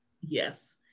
Yes